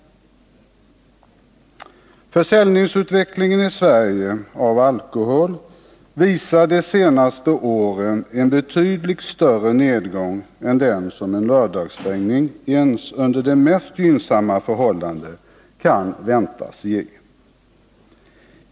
Utvecklingen av försäljningen av alkohol i Sverige visar de senaste åren en betydligt större nedgång än den som en lördagsstängning ens under de mest gynnsamma förhållanden kan väntas ge.